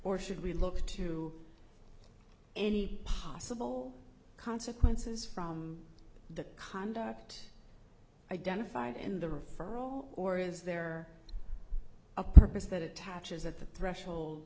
or should we look to any possible consequences from the conduct identified in the referral or is there a purpose that attaches at the threshold